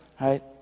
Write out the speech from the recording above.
right